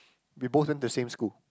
we both went to the same school